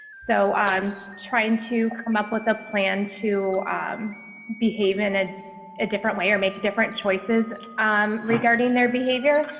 so i'm trying to come up with a plan to um behave in and a different way, or make different choices um regarding their behavior.